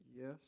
Yes